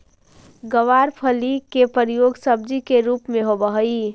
गवारफली के प्रयोग सब्जी के रूप में होवऽ हइ